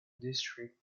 district